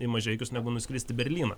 į mažeikius negu nuskrist į berlyną